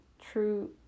true